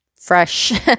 fresh